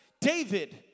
David